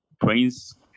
Prince